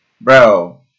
bro